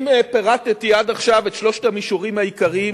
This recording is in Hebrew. אם פירטתי עד עכשיו את שלושת המישורים העיקריים